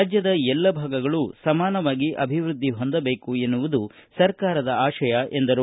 ರಾಜ್ಯದ ಎಲ್ಲ ಭಾಗಗಳು ಸಮಾನವಾಗಿ ಅಭಿವೃದ್ಧಿ ಹೊಂದಬೇಕು ಎನ್ನುವುದು ಸರ್ಕಾರದ ಆಶಯ ಎಂದರು